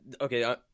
okay